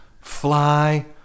fly